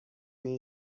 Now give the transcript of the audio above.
این